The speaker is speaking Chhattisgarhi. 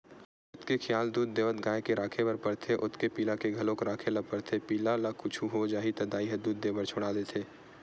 जतके खियाल दूद देवत गाय के राखे बर परथे ओतके पिला के घलोक राखे ल परथे पिला ल कुछु हो जाही त दाई ह दूद देबर छोड़ा देथे